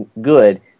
good